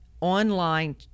online